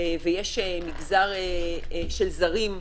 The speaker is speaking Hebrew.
ויש מגזר של זרים,